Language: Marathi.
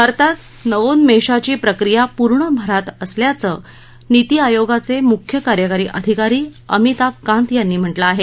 भारतात नवोन्मेषाची प्रक्रिया पूर्ण भरात असल्याचं नीती आयोगाचे मुख्य कार्यकारी अधिकारी अमिताभ कांत यांनी म्हटलं आहे